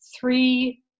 three